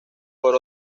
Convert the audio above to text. por